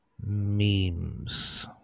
memes